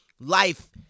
life